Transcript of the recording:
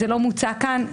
זה לא מוצע כאן.